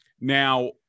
Now